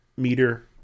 Meter